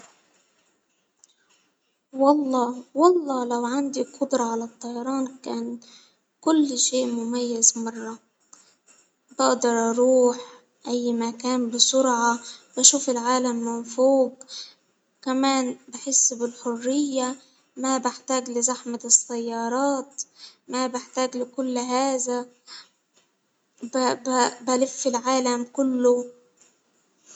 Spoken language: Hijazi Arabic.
والله والله لو عندي قدرة على الطيران كان كل شيء مميز مرة بأدر أروح أي مكان بسرعة أشوف العالم من فوق كمان بحس بالحرية ما بحتاج لزحمة ما بحتاج لكل هذا بلف العالم كله.